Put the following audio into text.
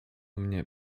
mnie